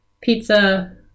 pizza